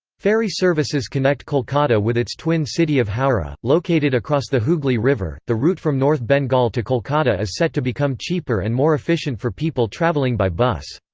ferry services connect kolkata with its twin city of howrah, located across the hooghly river the route from north bengal to kolkata is set to become cheaper and more efficient for people travelling by bus.